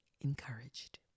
encouraged